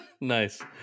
Nice